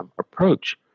approach